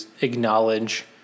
acknowledge